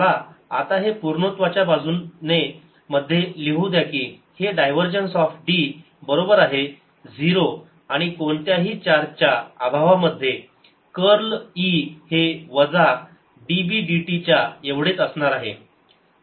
मला आता हे पूर्णत्वाच्या बाजून मध्ये लिहून द्या की जे डायव्हरजन्स ऑफ d बरोबर आहे 0 आणि कोणत्याही चार्ज च्या अभावामध्ये कर्ल e हे वजा db dt च्या एवढेच राहणार आहे